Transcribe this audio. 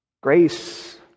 Grace